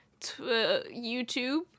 YouTube